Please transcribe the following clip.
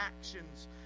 actions